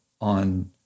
on